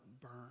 burn